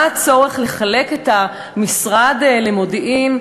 מה הצורך לחלק את משרד המודיעין,